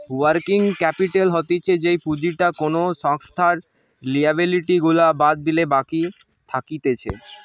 working capital হতিছে যেই পুঁজিটা কোনো সংস্থার লিয়াবিলিটি গুলা বাদ দিলে বাকি থাকতিছে